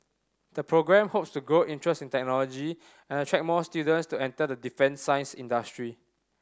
the programme hopes to grow interest in technology and attract more students to enter the defence science industry